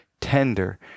tender